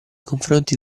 confronti